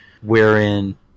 wherein